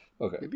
Okay